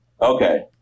Okay